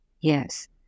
Yes